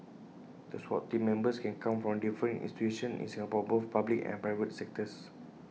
the Swat Team Members can come from different institutions in Singapore both public and private sectors